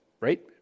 right